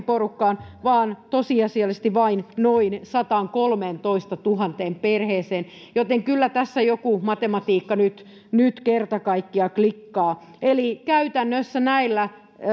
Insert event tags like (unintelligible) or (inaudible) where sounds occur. (unintelligible) porukkaan vaan tosiasiallisesti vain noin sataankolmeentoistatuhanteen perheeseen joten kyllä tässä joku matematiikka nyt nyt kerta kaikkiaan klikkaa käytännössä näillä